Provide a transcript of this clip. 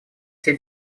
все